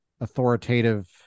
authoritative